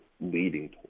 leading